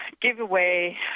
giveaway